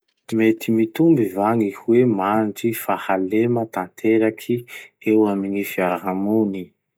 Mety mitomby va gny hoe mandry fahalema tanteraky eo amy gny fiarahamony?